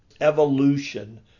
evolution